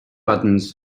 buttons